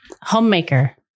Homemaker